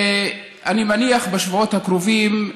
ואני מניח שבשבועות הקרובים,